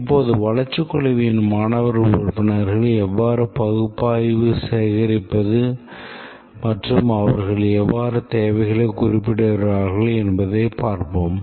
இப்போது வளர்ச்சிக் குழுவின் மாணவர் உறுப்பினர்கள் எவ்வாறு பகுப்பாய்வு சேகரிப்பது மற்றும் அவர்கள் எவ்வாறு தேவையை குறிப்பிடுகிறார்கள் என்பதைப் பார்ப்போம்